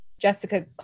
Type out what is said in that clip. Jessica